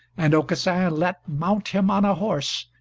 and aucassin let mount him on a horse,